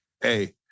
Hey